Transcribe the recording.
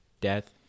death